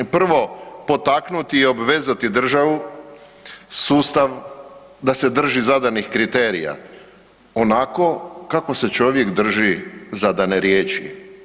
Prvo, potaknuti i obvezati državu, sustav da se drži zadanih kriterija onako kako se čovjek drži zadane riječi.